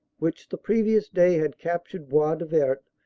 which the previous day had captured bois du vert,